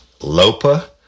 LOPA